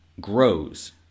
grows